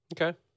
Okay